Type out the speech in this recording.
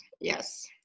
Yes